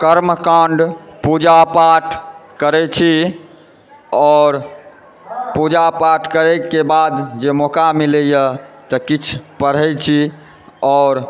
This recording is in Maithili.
कर्मकाण्ड पुजा पाठ करय छी आओर पूजा पाठ करयके बाद जे मौका मिलैए तऽ किछु पढ़ैत छी आओर